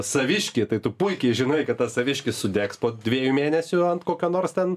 saviškį tai tu puikiai žinai kad tas saviškis sudegs po dviejų mėnesių ant kokio nors ten